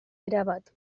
erabat